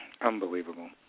Unbelievable